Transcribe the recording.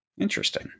Interesting